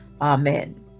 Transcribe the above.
Amen